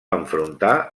enfrontar